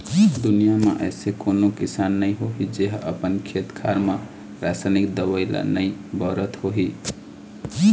दुनिया म अइसे कोनो किसान नइ होही जेहा अपन खेत खार म रसाइनिक दवई ल नइ बउरत होही